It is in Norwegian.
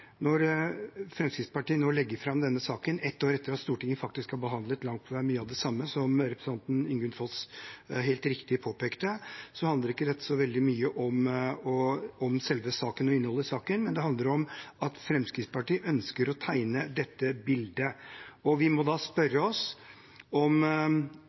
Når Fremskrittspartiet nå legger fram denne saken, et år etter at Stortinget faktisk har behandlet langt på vei mye av det samme, som representanten Ingunn Foss helt riktig påpekte, handler ikke dette så veldig mye om selve saken og innholdet i den, men det handler om at Fremskrittspartiet ønsker å tegne dette bildet. Da må vi spørre oss om dette er et korrekt bilde, eller om